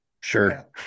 Sure